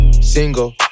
single